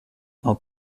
not